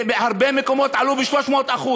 בהרבה מקומות הם עלו ב-300%.